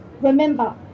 Remember